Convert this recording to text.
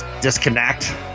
disconnect